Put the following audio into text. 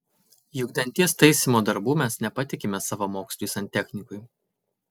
juk danties taisymo darbų mes nepatikime savamoksliui santechnikui